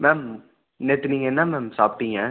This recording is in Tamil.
மேம் நேற்று நீங்கள் என்ன மேம் சாப்பிட்டீங்க